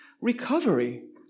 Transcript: recovery